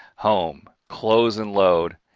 home, close and load,